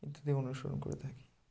এটা থেকে অনুসরণ করে থাকি